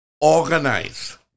organize